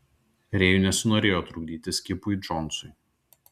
rėjui nesinorėjo trukdyti skipui džonsui